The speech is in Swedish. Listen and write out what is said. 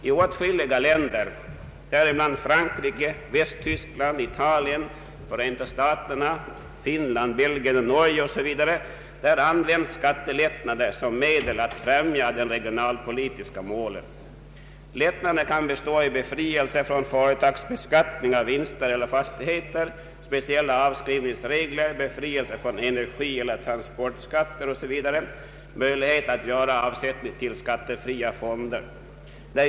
I åtskilliga länder, däribland Frankrike, Västtyskland, Italien, Förenta staterna, Finland, Belgien och Norge, används skattelättnader som medel att befrämja de regionalpolitiska målen. Lättnaderna kan bestå i befrielse från företagsbeskattning av vinster eller fastigheter, speciella avskrivningsregler, befrielse från energieller transportskatter, möjligheter att göra avsättning till skattefria fonder o.s.v.